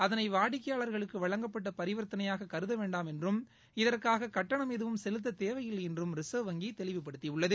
அதனை வாடிக்கையாளர்களுக்கு வழங்கப்பட்ட பரிவர்த்தனையாக கருத வேண்டாம் என்றும் இதற்காக கட்டணம் எதுவும் செலுத்ததேவையில்லை என்றும் ரிசர்வ் வங்கி தெளிவுபடுத்தியுள்ளது